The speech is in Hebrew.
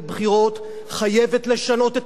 חייבת לשנות את הממשלה הזאת.